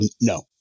no